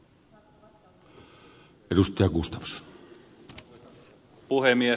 arvoisa puhemies